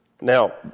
Now